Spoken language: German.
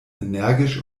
energisch